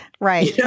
Right